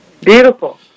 Beautiful